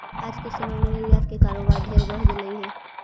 आज के समय में निर्यात के कारोबार ढेर बढ़ गेलई हे